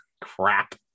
crap